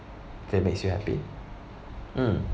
can makes you happy mm